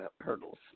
hurdles